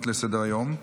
גמל) (תיקון,